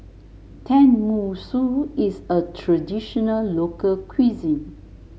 Tenmusu is a traditional local cuisine